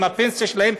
עם הפנסיה שלהם,